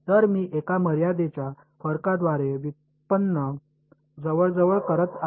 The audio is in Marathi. तर मी एका मर्यादेच्या फरकाद्वारे व्युत्पन्न जवळजवळ करत आहे